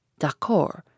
D'accord